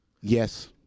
Yes